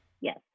Yes